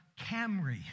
Camry